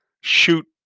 shoot